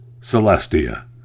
Celestia